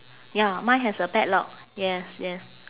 ya mine has a padlock yes yes